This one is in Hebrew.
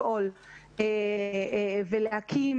כשמדינה רוצה לעודד רשויות מקומיות לפעול ולהקים